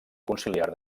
conciliar